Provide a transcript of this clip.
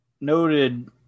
noted